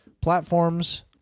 platforms